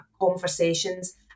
conversations